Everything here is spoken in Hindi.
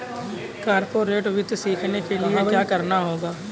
कॉर्पोरेट वित्त सीखने के लिया क्या करना होगा